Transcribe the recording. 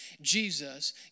Jesus